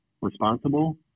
responsible